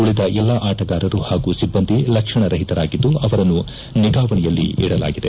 ಉಳಿದ ಎಲ್ಲಾ ಆಟಗಾರರು ಹಾಗೂ ಸಿಬ್ಬಂದಿ ಲಕ್ಷಣರಹಿತರಾಗಿದ್ದು ಅವರನ್ನು ನಿಗಾವಣೆಯಲ್ಲಿಡಲಾಗಿದೆ